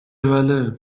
بله